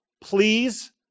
Please